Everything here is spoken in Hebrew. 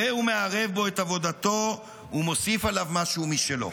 הריהו מערב בו את עבודתו ומוסיף עליו משהו משלו,